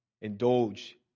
indulge